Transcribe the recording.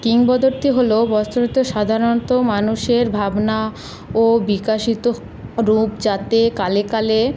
কিংবদন্তি হলো বস্তুত সাধারণত মানুষের ভাবনা ও বিকশিত রূপ যাতে কালে কালে